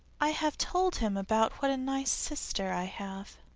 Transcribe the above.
i have told him about what a nice sister i have.